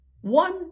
One